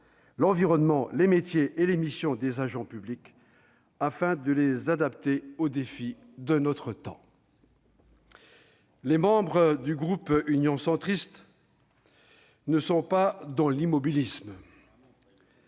l'environnement, les métiers et les missions des agents publics, afin de les adapter aux défis de notre temps. Les membres du groupe Union Centriste ne sont pas dans l'immobilisme.